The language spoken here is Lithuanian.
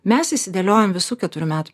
mes išsidėliojom visų keturių metų